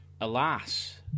alas